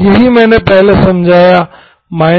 यही मैंने पहले समझाया 1 से 1